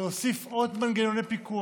להוסיף עוד מנגנוני פיקוח,